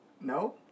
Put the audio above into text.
No